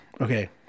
Okay